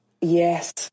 Yes